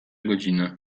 godziny